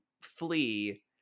flee